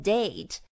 Date